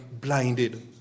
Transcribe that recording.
blinded